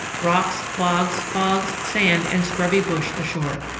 rocks, bogs, fogs, sand, and scrubby bush ashore.